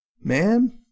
man